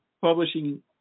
Publishing